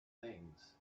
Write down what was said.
things